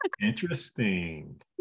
Interesting